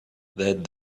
that